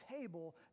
table